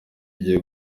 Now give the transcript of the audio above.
igiye